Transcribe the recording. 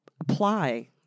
apply